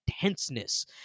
tenseness